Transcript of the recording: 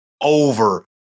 Over